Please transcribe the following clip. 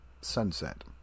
Sunset